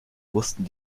wussten